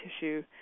tissue